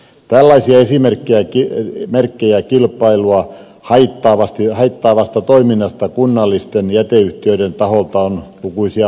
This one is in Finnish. tällaisia esimerkkejä kilpailua haittaavasta toiminnasta kunnallisten jäteyhtiöiden taholta on lukuisia maassamme